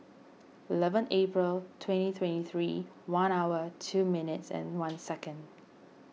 eleven April twenty twenty three one hour two minutes and one second